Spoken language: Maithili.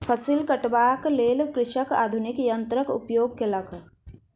फसिल कटबाक लेल कृषक आधुनिक यन्त्रक उपयोग केलक